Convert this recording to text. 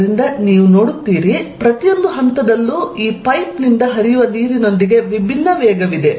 ಆದ್ದರಿಂದ ನೀವು ನೋಡುತ್ತೀರಿ ಪ್ರತಿಯೊಂದು ಹಂತದಲ್ಲೂ ಈ ಪೈಪ್ ನಿಂದ ಹರಿಯುವ ನೀರಿನೊಂದಿಗೆ ವಿಭಿನ್ನ ವೇಗವಿದೆ